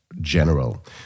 General